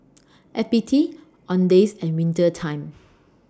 F B T Owndays and Winter Time